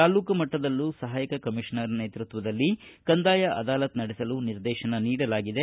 ತಾಲೂಕು ಮಟ್ಟದಲ್ಲೂ ಸಹಾಯಕ ಕಮಿಷನರ್ ನೇತೃತ್ವದಲ್ಲಿ ಕಂದಾಯ ಅದಾಲತ್ ನಡೆಸಲು ನಿರ್ದೇಶನ ನೀಡಲಾಗಿದೆ